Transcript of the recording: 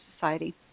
society